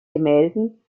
gemälden